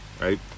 right